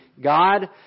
God